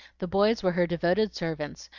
the boys were her devoted servants,